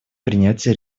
принятие